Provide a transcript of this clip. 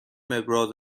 ابراز